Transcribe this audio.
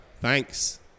Thanks